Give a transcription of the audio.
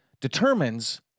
determines